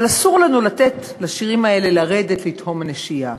אבל אסור לנו לתת לשירים האלה לרדת לתהום הנשייה.